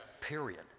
period